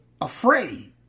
afraid